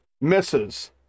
Misses